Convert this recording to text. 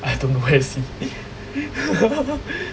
I don't know I see